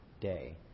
day